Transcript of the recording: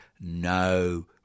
no